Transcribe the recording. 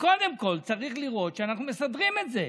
קודם כול צריך לראות שאנחנו מסדרים את זה.